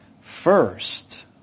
First